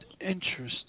interesting